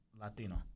Latino